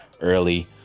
early